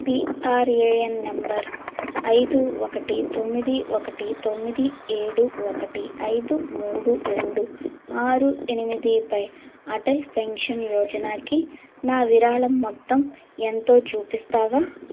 PRAN number ఐదు ఒకటి తొమ్మిది ఒకటి తొమ్మిది ఏడు ఒకటి ఐదు మూడు రెండు ఆరు ఎనిమిదిపై అటల్ పెన్షన్ యోజనాకి నా విరాళం మొత్తం ఎంతో చూపిస్తావా